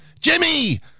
Jimmy